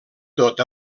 tot